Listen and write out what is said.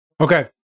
Okay